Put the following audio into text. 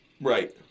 right